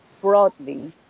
broadly